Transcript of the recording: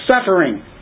suffering